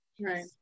Right